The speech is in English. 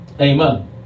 Amen